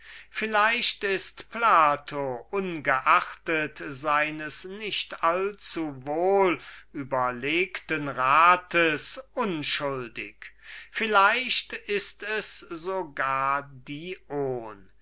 vielleicht ist plato ungeachtet seines nicht allzuwohl überlegten rats unschuldig vielleicht ist es so gar